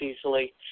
easily